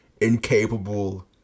incapable